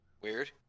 Weird